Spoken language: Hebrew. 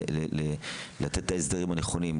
לתת את ההסדרים הנכונים,